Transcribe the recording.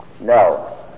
No